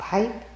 Pipe